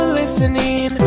listening